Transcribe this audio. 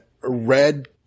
red